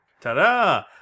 Ta-da